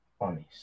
honest